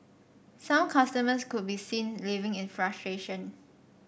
some customers could be seen leaving in frustration